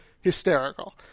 hysterical